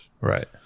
Right